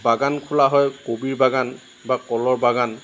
বাগান খোলা হয় কবিৰ বাগান বা কলৰ বাগান